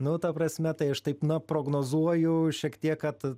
nu ta prasme tai aš taip na prognozuoju šiek tiek kad